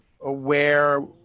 aware